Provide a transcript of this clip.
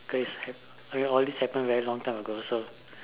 cause I mean all these happen a very long time ago so